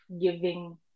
giving